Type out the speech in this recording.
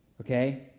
Okay